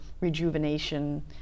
rejuvenation